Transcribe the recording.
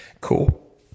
cool